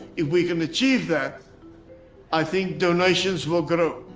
if we can achieve that i think donations will grow,